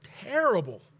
terrible